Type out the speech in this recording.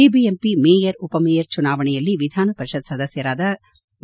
BBMP mayor ಉಪಮೇಯರ್ ಚುನಾವಣೆಯಲ್ಲಿ ವಿಧಾನಪರಿಷತ್ ಸದಸ್ಯರಾದ ವಿ